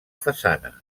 façana